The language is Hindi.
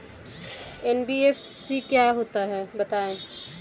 एन.बी.एफ.सी क्या होता है बताएँ?